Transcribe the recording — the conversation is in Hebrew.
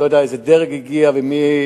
אני לא יודע איזה דרג הגיע ומי,